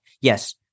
yes